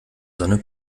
sonne